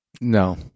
No